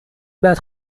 بعد